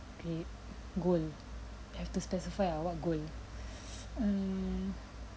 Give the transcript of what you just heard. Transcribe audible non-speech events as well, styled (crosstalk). okay goal have to specify ah what goal (breath) mm